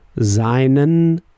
seinen